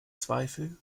zweifel